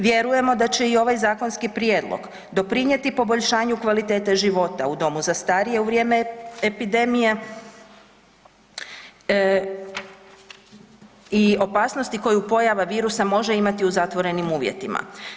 Vjerujemo da će i ovaj zakonski prijedlog doprinjeti poboljšanju kvalitete života u domu za starije u vrijeme epidemije i opasnosti koju pojava virusa može imati u zatvorenim uvjetima.